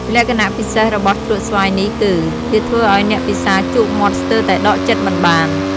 លក្ខណៈពិសេសរបស់ជ្រក់ស្វាយនេះគឺ វាធ្វើឲ្យអ្នកពិសាជក់មាត់ស្ទើរតែដកចិត្តមិនបាន។